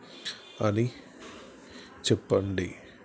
అని చెప్పండి